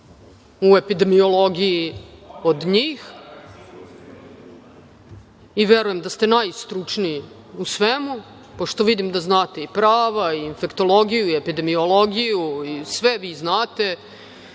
u epidemiologiji od njih i verujem da ste najstručniji u svemu, pošto vidim da znate i prava i infektologiju i epidemiologiju i sve vi znate.